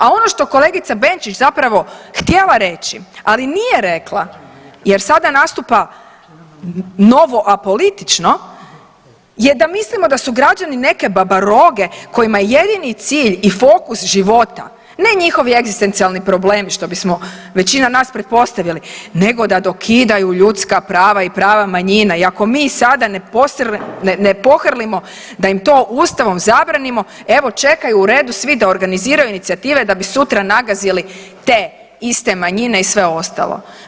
A ono što kolegica Benčić zapravo htjela reći, ali nije rekla jer sada nastupa novo apolitično je da mislimo da su građani neke babaroge kojima je jedini cilj i fokus života, ne njihovi egzistencijalni problemi što bismo većina nas pretpostavili nego da dokidaju ljudska prava i prava manjina i ako mi sada ne pohrlimo da im to Ustavom ne zabranimo evo čekaju u redu svi da organiziraju inicijative da bi sutra nagazili te iste manjine i sve ostalo.